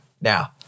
Now